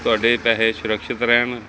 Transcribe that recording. ਤੁਹਾਡੇ ਪੈਸੇ ਸੁਰੱਖਸ਼ਿਤ ਰਹਿਣ